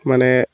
মানে